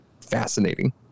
fascinating